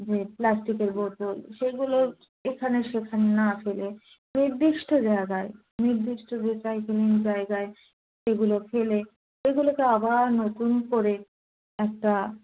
যে প্লাস্টিকের বোতল সেগুলো এখানে সেখানে না ফেলে নির্দিষ্ট জায়গায় নির্দিষ্ট যে সাইকেলিং জায়গায় সেগুলো ফেলে এগুলোকে আবারও নতুন করে একটা